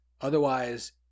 Otherwise